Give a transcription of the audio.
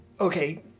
Okay